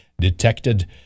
detected